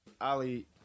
Ali